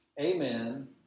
Amen